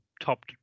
top